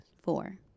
four